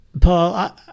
Paul